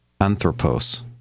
anthropos